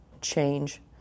change